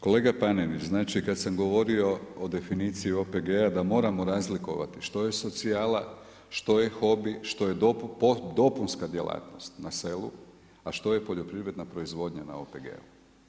Kolega Panenić, znači kad sam govorio o definiciji OPG-a da moramo razlikovati što je socijala, što je hobi, što je dopunska djelatnost na selu, a što je poljoprivredna proizvodnja na OPG-u.